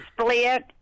split